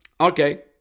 Okay